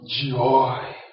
joy